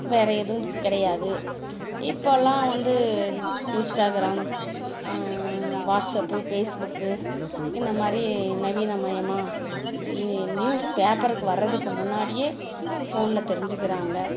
வேறு எதுவும் கிடையாது இப்போலாம் வந்து இன்ஸ்டாகிராம் வாட்ஸப்பு பேஸ்புக்கு இந்த மாதிரி நவீனமயமாக இ நியூஸ் பேப்பருக்கு வரதுக்கு முன்னாடியே ஃபோனில் தெரிஞ்சுக்கிறாங்க